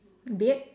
beard